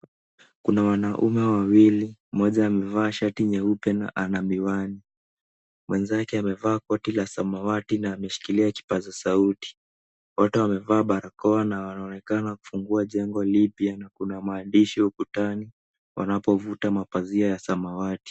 Kuna wanaume wawili, mmoja amevaa shati nyeupe na ana miwani. Mwenzake amevaa koti la samwati na ameshikilia kipasa sauti. Wote wamevaa barakoa na wanaonekana wakifungua jengo lipya na kuna maandishi ukutani wanapovuta mapazia ya samwati.